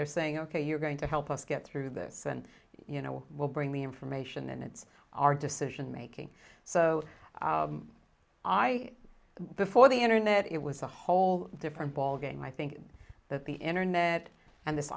they're saying ok you're going to help us get through this and you know we'll bring the information and it's our decision making so i before the internet it was a whole different ballgame i think that the internet and this